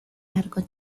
largo